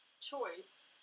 choice